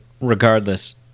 regardless